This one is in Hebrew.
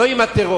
לא עם הטרור,